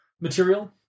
material